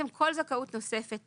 כל זכאות נוספת